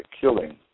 killing